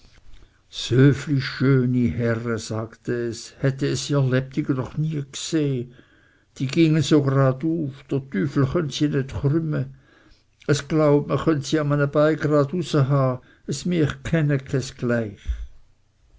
schön herre sagte es hätte es syr lebtig no nie gseh die gingen so graduf dr tüfel chönnt se nit chrümme es glaub mi chönnt se am ene bey graduse ha es miech kene kes gleich